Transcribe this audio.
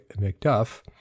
McDuff